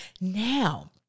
Now